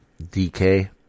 DK